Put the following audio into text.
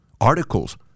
articles